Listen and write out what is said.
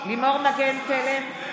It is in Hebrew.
לימור מגן תלם,